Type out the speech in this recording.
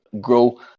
grow